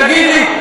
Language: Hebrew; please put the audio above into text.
תגיד לי,